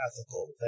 ethical